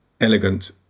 elegant